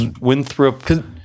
Winthrop